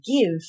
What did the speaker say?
give